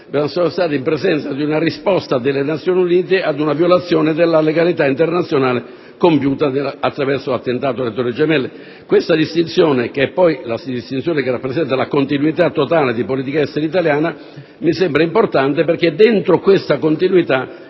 siamo stati in presenza di una risposta delle Nazioni Unite ad una violazione della legalità internazionale compiuta attraverso l'attentato alle Torri gemelle. Questa distinzione, che poi rappresenta la continuità totale della politica estera italiana, mi sembra importante perché è nell'ambito di questa continuità